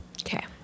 Okay